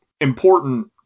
important